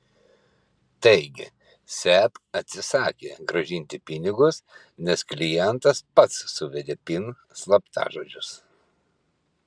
taigi seb atsisakė grąžinti pinigus nes klientas pats suvedė pin slaptažodžius